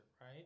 Right